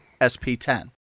SP10